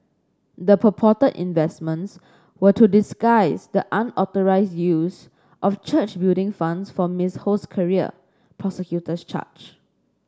the purported investments were to disguise the unauthorised use of church Building Funds for Miss Ho's career prosecutors charge